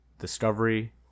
Discovery